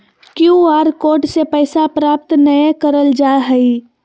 Q R code से पैसा प्राप्त नयय करल जा हइ